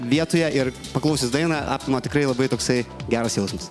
vietoje ir paklausius dainą apima tikrai labai toksai geras jausmas